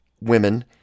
women